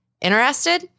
Interested